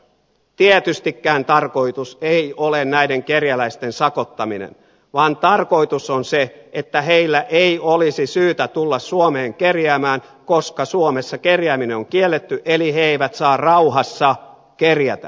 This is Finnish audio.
tietystikään tarkoitus ei ole näiden kerjäläisten sakottaminen vaan tarkoitus on se että heillä ei olisi syytä tulla suomeen kerjäämään koska suomessa kerjääminen on kielletty eli he eivät saa rauhassa kerjätä